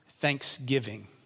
thanksgiving